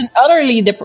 utterly